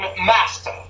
master